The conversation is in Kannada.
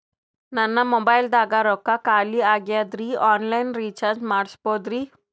ನನ್ನ ಮೊಬೈಲದಾಗ ರೊಕ್ಕ ಖಾಲಿ ಆಗ್ಯದ್ರಿ ಆನ್ ಲೈನ್ ರೀಚಾರ್ಜ್ ಮಾಡಸ್ಬೋದ್ರಿ?